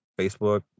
Facebook